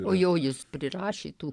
o jo jis prirašė tų